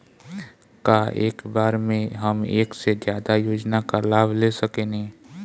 का एक बार में हम एक से ज्यादा योजना का लाभ ले सकेनी?